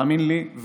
תאמין לי,